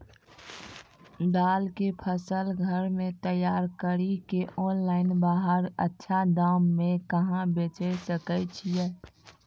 दाल के फसल के घर मे तैयार कड़ी के ऑनलाइन बाहर अच्छा दाम मे कहाँ बेचे सकय छियै?